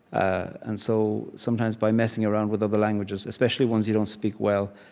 and so sometimes, by messing around with other languages, especially ones you don't speak well,